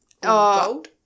gold